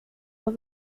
och